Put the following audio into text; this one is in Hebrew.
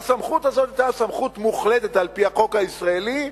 והסמכות הזאת היתה סמכות מוחלטת על-פי החוק הישראלי,